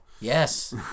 Yes